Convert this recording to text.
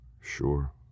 Sure